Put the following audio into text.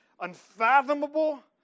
unfathomable